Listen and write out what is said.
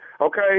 okay